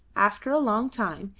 after a long time,